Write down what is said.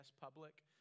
Public